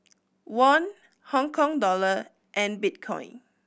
Won Hong Kong Dollar and Bitcoin